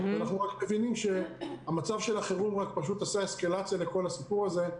אנחנו מבינים שמצב החירום עשה אסקלציה לכל הסיפור הזה,